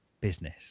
business